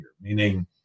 Meaning